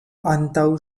antaŭ